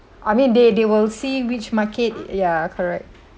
I mean they they will see which market ya correct